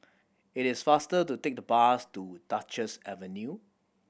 it is faster to take the bus to Duchess Avenue